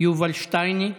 יובל שטייניץ,